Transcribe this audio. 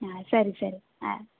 ಹಾಂ ಸರಿ ಸರಿ ಹಾಂ